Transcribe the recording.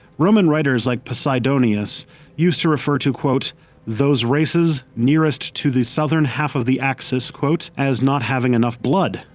roman writers like posidonius used to refer to those races nearest to the southern half of the axis as not having enough blood,